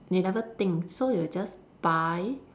they never think so you just buy